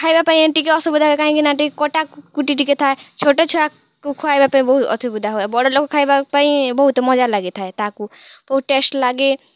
ଖାଇବା ପାଇଁ ଟିକେ ଅସୁବିଧା କାହିଁକି ନା କଟାକୁଟି ଟିକେ ଥାଏ ଛୋଟ ଛୁଆକୁ ଖୁଆଇବା ପାଇଁ ବହୁତ ଅସୁବିଧା ହୁଏ ବଡ଼ ଲୋକ ଖାଇବା ପାଇଁ ବହୁତ ମଜା ଲାଗିଥାଏ ତାହାକୁ ବହୁତ ଟେଷ୍ଟ ଲାଗେ